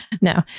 No